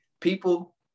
People